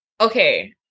Okay